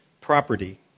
property